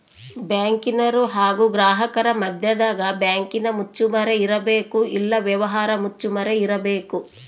ಬ್ಯಾಂಕಿನರು ಹಾಗು ಗ್ರಾಹಕರ ಮದ್ಯದಗ ಬ್ಯಾಂಕಿನ ಮುಚ್ಚುಮರೆ ಇರಬೇಕು, ಎಲ್ಲ ವ್ಯವಹಾರ ಮುಚ್ಚುಮರೆ ಇರಬೇಕು